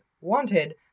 wanted